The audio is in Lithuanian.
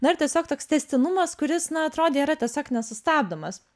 na ir tiesiog toks tęstinumas kuris na atrodė yra tiesiog nesustabdomas